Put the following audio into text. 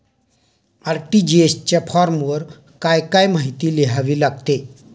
RTGS च्या फॉर्मवर काय काय माहिती लिहावी लागते?